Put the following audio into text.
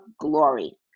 glory